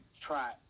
try